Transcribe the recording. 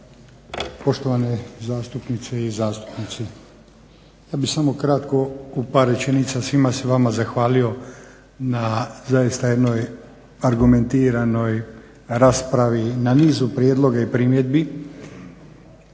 poštovane zastupnice i zastupnici. Ja bih samo kratko u par rečenica svima se vama zahvalio na zaista jednoj argumentiranoj raspravi, na nizu prijedloga i primjedbi.